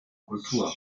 kultur